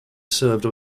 served